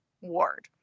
ward